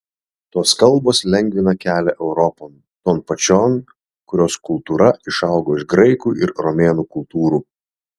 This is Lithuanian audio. tos kalbos lengvina kelią europon ton pačion kurios kultūra išaugo iš graikų ir romėnų kultūrų